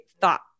thought